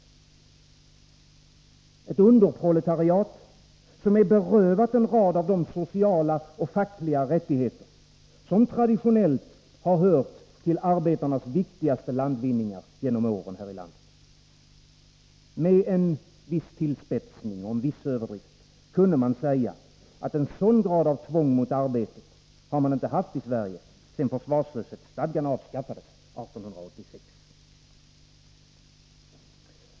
Det blir ett underproletariat som är berövat en rad av de sociala och fackliga rättigheter som traditionellt hört till arbetarnas viktigaste landvinningar genom åren här i landet. Med en viss tillspetsning och en viss överdrift kunde man säga att en sådan grad av tvång mot arbetet har man inte haft i Sverige sedan försvarslöshetsstadgan avskaffades 1886.